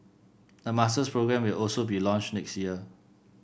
a masters programme will also be launched next year